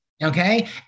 Okay